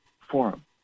Forum